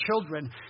children